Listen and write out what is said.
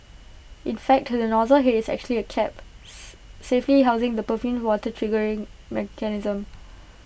in fact to the nozzle Head is actually A caps safely housing the perfumed water's triggering mechanism